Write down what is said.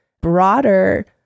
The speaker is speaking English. broader